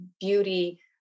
beauty